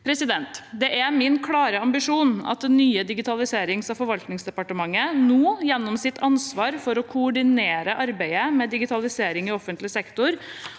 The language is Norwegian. sektor. Det er min klare ambisjon at det nye Digitaliseringsog forvaltningsdepartementet gjennom sitt ansvar for å koordinere arbeidet med digitalisering i offentlig sektor